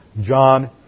John